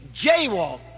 jaywalked